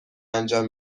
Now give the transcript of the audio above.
انجام